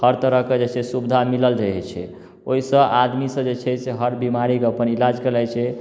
हर तरह के जे सुविधा मिलल रहै छै ओहिसँ आदमी सब जे छै से हर बीमारीके अपन इलाज करबै छै